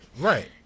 right